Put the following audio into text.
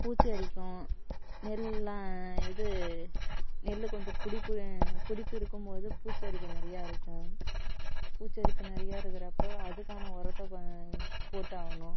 பூச்சி அரிக்கும் நெல்லெலாம் இது நெல் கொஞ்சம் பிடிப்பு பிடிப்பு இருக்கும்போது பூச்சரிப்பு நிறையா இருக்கும் பூச்சரிப்பு நிறையா இருக்கிறப்ப அதுக்கான உரத்தை போட்டாகணும்